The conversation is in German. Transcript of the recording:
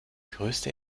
größte